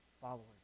followers